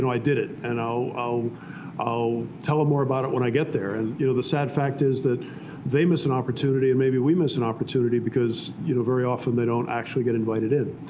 and i did it. and i'll i'll tell them more about it when i get there. and you know the sad fact is that they missed an opportunity and maybe we missed an opportunity, because you know very often they don't actually get invited in.